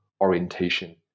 orientation